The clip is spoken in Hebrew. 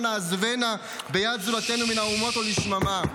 נעזבנה ביד זולתנו מן האומות או לשממה".